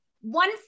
One